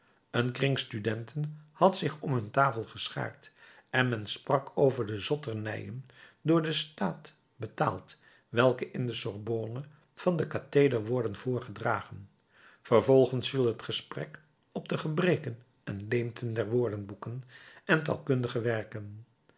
een kring studenten had zich om hun tafel geschaard en men sprak over de zotternijen door den staat betaald welke in de sorbonne van den katheder worden voorgedragen vervolgens viel het gesprek op de gebreken en leemten der woordenboeken en taalkundige werken